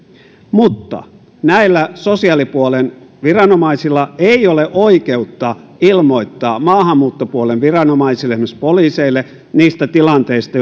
mutta näillä sosiaalipuolen viranomaisilla ei ole oikeutta ilmoittaa maahanmuuttopuolen viranomaisille esimerkiksi poliiseille niistä tilanteista